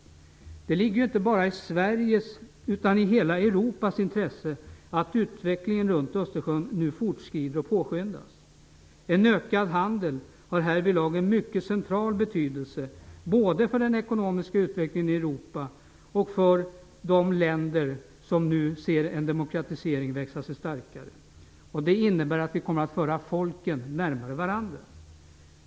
Det ligger inte bara i Sveriges utan i hela Europas intresse att utvecklingen runt Östersjön nu fortskrider och påskyndas. En ökad handel har härvid lag en mycket central betydelse, både för den ekonomiska utvecklingen i Europa och för de länder som nu ser en demokratisering växa sig starkare. Det innebär att vi kommer att föra folken närmare varandra.